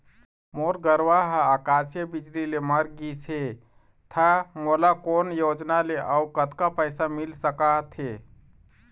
मोर गरवा हा आकसीय बिजली ले मर गिस हे था मोला कोन योजना ले अऊ कतक पैसा मिल सका थे?